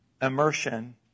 Immersion